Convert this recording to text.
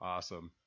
Awesome